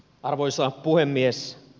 arvoisa puhemies